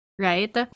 Right